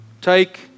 Take